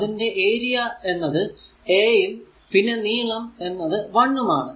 അതിന്റെ ഏരിയ എന്നത് A യും പിന്നെ നീളം എന്നത് l ഉം ആണ്